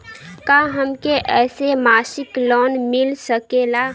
का हमके ऐसे मासिक लोन मिल सकेला?